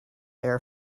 air